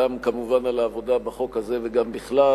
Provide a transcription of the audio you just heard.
כמובן גם על העבודה בחוק הזה וגם בכלל,